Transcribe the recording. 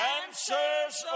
answer's